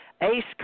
ace